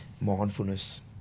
mindfulness